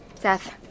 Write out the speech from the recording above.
Seth